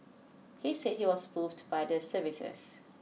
he said he was moved by the services